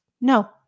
no